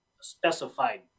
specified